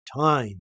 time